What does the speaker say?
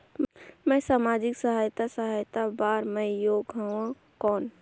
मैं समाजिक सहायता सहायता बार मैं योग हवं कौन?